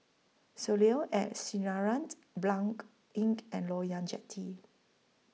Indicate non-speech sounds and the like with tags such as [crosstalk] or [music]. Soleil ad Sinarans Blanc Inn [unintelligible] and Loyang Jetty